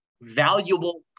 valuable